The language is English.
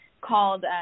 called